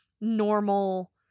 normal